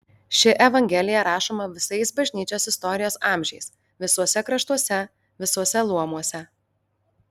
ši evangelija rašoma visais bažnyčios istorijos amžiais visuose kraštuose visuose luomuose